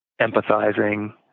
empathizing